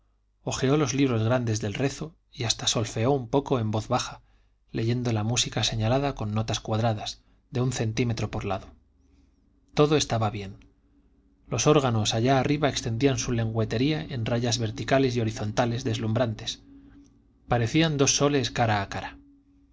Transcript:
hojeó los libros grandes del rezo y hasta solfeó un poco en voz baja leyendo la música señalada con notas cuadradas de un centímetro por lado todo estaba bien los órganos allá arriba extendían su lengüetería en rayas verticales y horizontales deslumbrantes parecían dos soles cara a cara